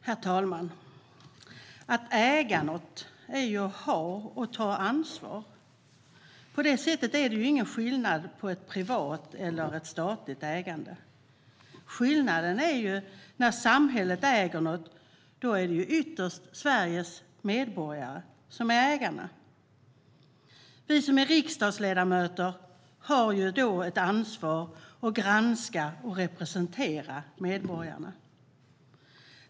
Herr talman! Att äga något är att ha och ta ansvar. På det sättet är det ingen skillnad på ett privat ägande och ett statligt ägande. Skillnaden när samhället äger något är att det ytterst är Sveriges medborgare som är ägarna. Vi som är riksdagsledamöter har då ett ansvar att granska och att representera medborgarna.